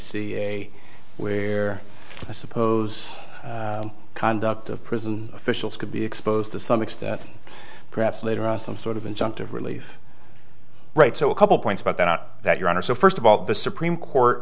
see a we're i suppose conduct of prison officials could be exposed to some extent perhaps later on some sort of injunctive relief right so a couple points but they're not that your honor so first of all the supreme court